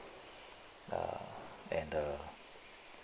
uh and the